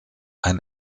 ein